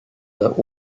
der